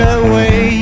away